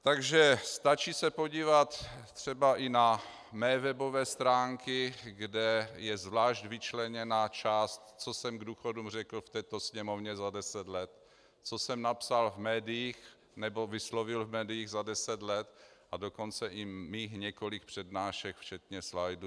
Takže stačí se podívat třeba i na mé webové stránky, kde je zvlášť vyčleněna část, co jsem k důchodům řekl v této sněmovně za deset let, co jsem napsal v médiích nebo vyslovil v médiích za deset let, a dokonce i mých několik přednášek, včetně slajdů.